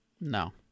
No